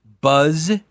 Buzz